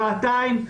שעתיים,